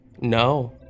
no